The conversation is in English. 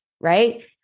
Right